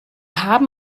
haben